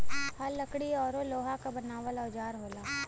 हल लकड़ी औरु लोहा क बनावल औजार होला